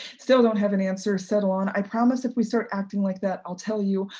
still don't have an answer, settle on, i promise if we start acting like that, i'll tell you.